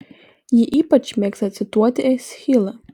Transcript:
ji ypač mėgsta cituoti eschilą